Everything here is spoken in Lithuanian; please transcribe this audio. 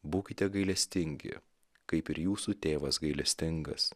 būkite gailestingi kaip ir jūsų tėvas gailestingas